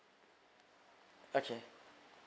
okay